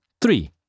Three